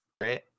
right